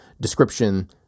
description –